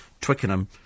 Twickenham